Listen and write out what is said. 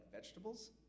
vegetables